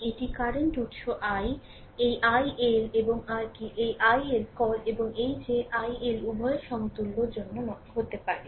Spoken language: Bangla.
এটি কারেন্ট উত্স i এই IL এবং আর কি এই IL কল এবং এই IL উভয় সমতুল্য জন্য হতে হবে